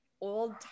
old